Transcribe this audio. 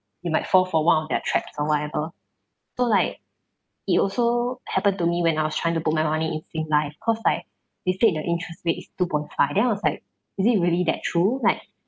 you might fall for one of their trap from whatever so like it also happened to me when I was trying to put my money in singlife cause like they said the interest rate is two point five then I was like is it really that true like